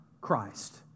Christ